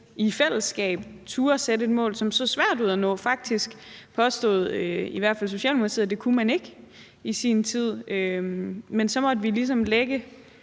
i fællesskab turde sætte et mål, som så svært ud at nå. Faktisk påstod i hvert fald Socialdemokratiet i sin tid, at det kunne man ikke, men så måtte vi ligesom bane